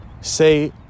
Say